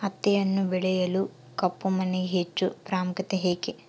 ಹತ್ತಿಯನ್ನು ಬೆಳೆಯಲು ಕಪ್ಪು ಮಣ್ಣಿಗೆ ಹೆಚ್ಚು ಪ್ರಾಮುಖ್ಯತೆ ಏಕೆ?